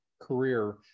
career